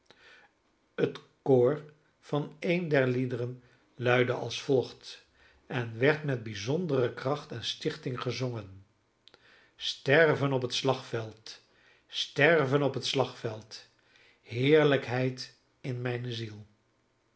het koor van een dier liederen luidde als volgt en werd met bijzondere kracht en stichting gezongen sterven op het slagveld sterven op het slagveld heerlijkheid in mijne ziel